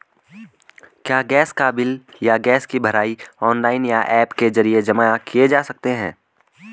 क्या गैस का बिल या गैस भराई ऑनलाइन या ऐप के जरिये जमा किये जा सकते हैं?